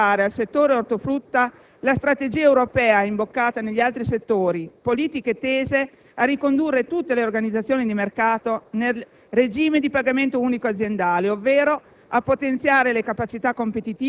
È condivisibile che si possa allargare al settore ortofrutta la strategia europea imboccata negli altri settori: politiche tese a ricondurre tutte le organizzazioni di mercato nel regime di pagamento unico aziendale ovvero